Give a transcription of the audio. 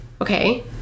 okay